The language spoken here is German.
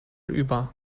über